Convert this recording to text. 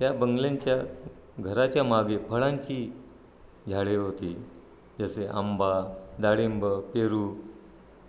त्या बंगल्यांच्या घराच्या मागे फळांची झाडे होती जसे आंबा डाळिंब पेरू